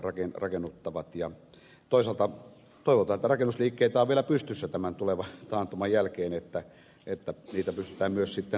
toivotaan että rakennusliikkeitä on vielä pystyssä tämän tulevan taantuman jälkeen että niitä pystytään myös sitten rakentamaan